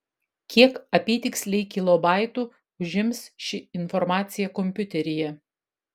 kiek apytiksliai kilobaitų užims ši informacija kompiuteryje